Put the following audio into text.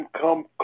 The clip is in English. come